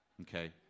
okay